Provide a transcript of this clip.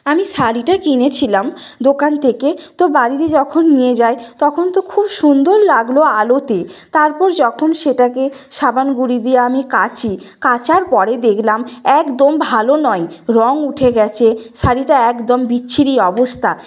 আমি শাড়িটা কিনেছিলাম দোকান থেকে তো বাড়িতে যখন নিয়ে যাই তখন তো খুব সুন্দর লাগলো আলোতে তারপর যখন সেটাকে সাবান গুঁড়ি দিয়ে কাচি কাচার পরে দেখলাম একদম ভালো নয় রঙ উঠে গেছে শাড়িটা একদম বিচ্ছিরি অবস্থা